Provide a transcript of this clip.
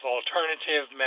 Alternative